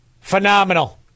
phenomenal